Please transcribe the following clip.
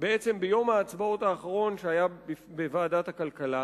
בעצם ביום ההצבעות האחרון שהיה בוועדת הכלכלה,